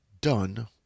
done